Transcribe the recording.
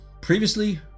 previously